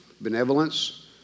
benevolence